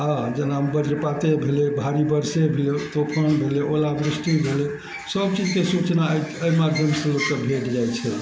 हँ जेना बज्रपाते भेलय भारी वर्षे भेलय तूफान भेलय ओला दृष्टि भेलय सब चीजके सूचना अइ अइ माध्यमसँ लोकके भेट जाइ छै